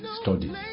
study